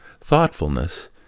thoughtfulness